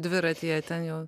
dviratyje ten jau